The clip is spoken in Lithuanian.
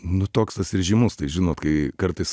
nu toks tas ir žymus tai žinot kai kartais